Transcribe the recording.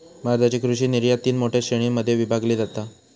भारताची कृषि निर्यात तीन मोठ्या श्रेणीं मध्ये विभागली जाता